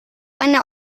eine